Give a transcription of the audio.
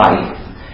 life